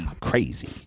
crazy